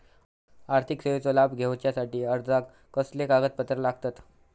आर्थिक सेवेचो लाभ घेवच्यासाठी अर्जाक कसले कागदपत्र लागतत?